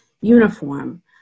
uniform